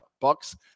Bucks